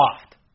soft